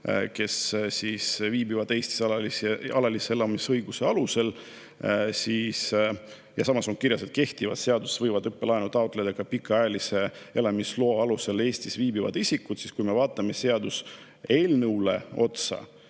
kes viibivad Eestis alalise elamisõiguse alusel. Ja samas on kirjas, et kehtiva seaduse järgi võivad õppelaenu taotleda ka pikaajalise elamisloa alusel Eestis viibivad isikud. Kui me vaatame seaduseelnõule otsa,